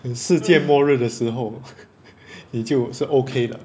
when 世界末日的时候 你就是 okay 的